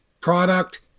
product